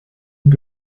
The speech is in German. und